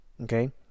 okay